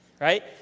Right